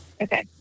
Okay